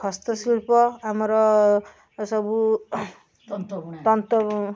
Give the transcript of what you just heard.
ହସ୍ତଶିଳ୍ପ ଆମର ସବୁ ତନ୍ତବୁଣା ତନ୍ତ